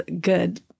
good